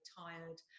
tired